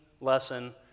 lesson